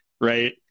right